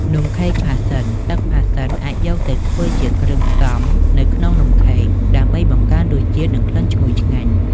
នំខេកផាសសិន ទឹកផាសសិនអាចយកទៅធ្វើជាគ្រឿងផ្សំនៅក្នុងនំខេក ដើម្បីបង្កើនរសជាតិ និងក្លិនឈ្ងុយឆ្ងាញ់។